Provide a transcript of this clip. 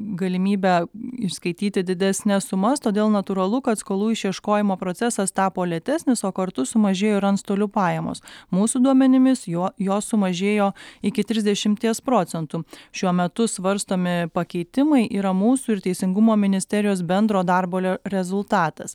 galimybę išskaityti didesnes sumas todėl natūralu kad skolų išieškojimo procesas tapo lėtesnis o kartu sumažėjo ir antstolių pajamos mūsų duomenimis jo jos sumažėjo iki trisdešimties procentų šiuo metu svarstomi pakeitimai yra mūsų ir teisingumo ministerijos bendro darbo re rezultatas